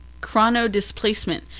chronodisplacement